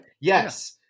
yes